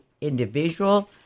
individual